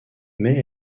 mais